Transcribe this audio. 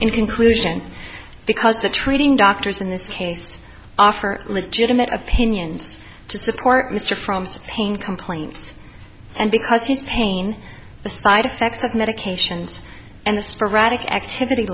conclusion because the treating doctors in this case offer legitimate opinions to support this or from pain complaints and because his pain the side effects of medications and the sporadic activity